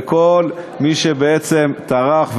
לכל מי שבעצם טרח,